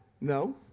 no